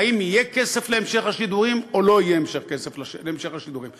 האם יהיה כסף להמשך השידורים או לא יהיה כסף להמשך השידורים.